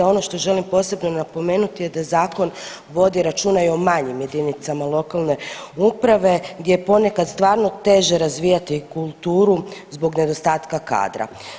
Ono što želim posebno napomenuti je da zakon vodi računa i o manjim jedinicama lokalne uprave gdje je ponekad stvarno teže razvijati kulturu zbog nedostatka kadra.